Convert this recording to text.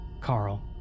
Carl